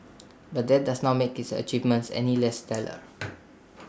but that does not make his achievements any less stellar